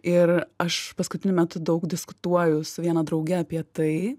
ir aš paskutiniu metu daug diskutuoju su viena drauge apie tai